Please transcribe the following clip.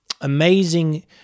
amazing